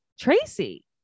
Tracy